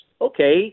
okay